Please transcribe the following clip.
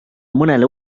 mõnele